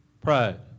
pride